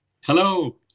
Hello